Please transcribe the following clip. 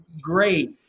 great